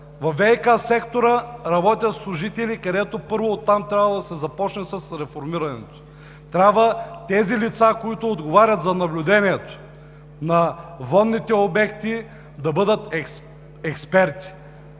ВиК сектора работят служители, и първо оттам е трябвало да се започне с реформирането. Трябва тези лица, които отговарят за наблюдението на водните обекти, да бъдат експерти.